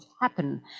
happen